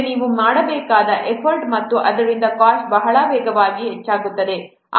ಆಗ ನೀವು ಮಾಡಬೇಕಾದ ಎಫರ್ಟ್ ಮತ್ತು ಆದ್ದರಿಂದ ಕಾಸ್ಟ್ ಬಹಳ ವೇಗವಾಗಿ ಹೆಚ್ಚಾಗುತ್ತದೆ